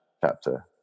chapter